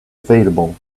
available